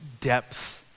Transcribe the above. depth